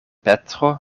petro